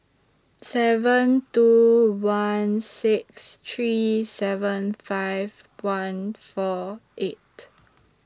seven two one six three seven five one four eight